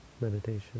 meditation